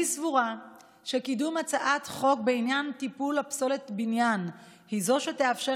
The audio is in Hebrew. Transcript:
אני סבורה שקידום הצעת חוק בעניין טיפול פסולת בניין היא שתאפשר